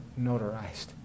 notarized